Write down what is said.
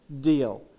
deal